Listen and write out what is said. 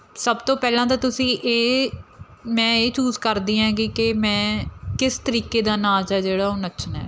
ਸਭ ਤੋਂ ਪਹਿਲਾਂ ਤਾਂ ਤੁਸੀਂ ਇਹ ਮੈਂ ਇਹ ਚੂਜ਼ ਕਰਦੀ ਹੈਗੀ ਕਿ ਮੈਂ ਕਿਸ ਤਰੀਕੇ ਦਾ ਨਾਚ ਹੈ ਜਿਹੜਾ ਉਹ ਨੱਚਣਾ